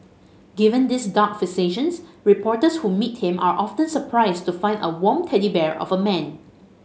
given these dark fixations reporters who meet him are often surprised to find a warm teddy bear of a man